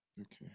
Okay